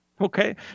okay